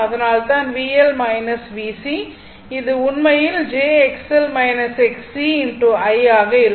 அதனால்தான் VL VC இது உண்மையில் j XL Xc I ஆக இருக்கும்